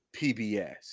PBS